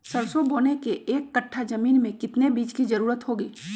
सरसो बोने के एक कट्ठा जमीन में कितने बीज की जरूरत होंगी?